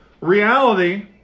Reality